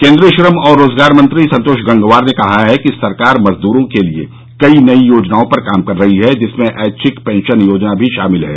केन्द्रीय श्रम और रोजगार मंत्री संतोष गंगवार ने कहा है कि सरकार मजदूरों के लिये कई नई योजनाओं पर काम कर रही है जिसमें ऐच्छिक पेंशन योजना भी शामिल है